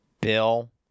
Bill